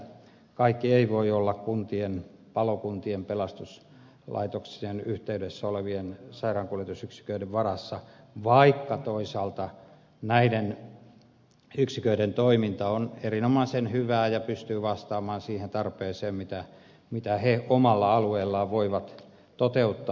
kaikki ei voi olla kuntien palokuntien pelastuslaitoksien yhteydessä olevien sairaankuljetusyksiköiden varassa vaikka toisaalta näiden yksiköiden toiminta on erinomaisen hyvää ja pystyy vastaamaan siihen tarpeeseen mitä he omalla alueellaan voivat toteuttaa